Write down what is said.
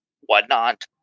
whatnot